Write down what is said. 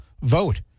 vote